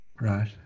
Right